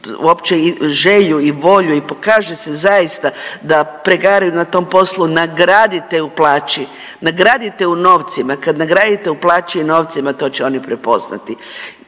uopće želju i volju i pokaže se zaista da pregaran na tom poslu nagradite u plaći, nagradite u novcima, kad nagradite i u plaći i u novcima to će oni prepoznati.